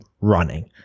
running